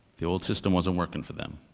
the old system wasn't working for them.